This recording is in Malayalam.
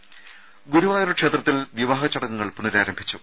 രുമ ഗുരുവായൂർ ക്ഷേത്രത്തിൽ വിവാഹ ചടങ്ങുകൾ പുനഃരാരംഭിച്ചു